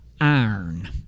Iron